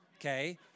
okay